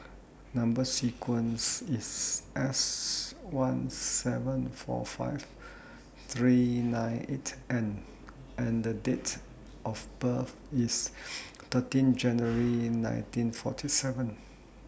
Number sequence IS S one seven four five three nine eight N and Date of birth IS thirteen January nineteen forty seven